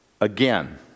again